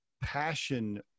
passion